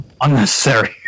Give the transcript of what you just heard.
Unnecessary